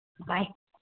bye